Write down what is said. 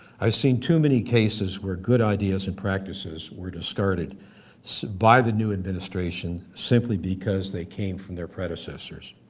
i've seen too many cases where good ideas and practices were discarded by the new administration, simply because they came from their predecessors.